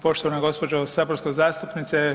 Poštovana gđa. saborska zastupnice.